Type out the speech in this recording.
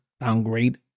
downgrade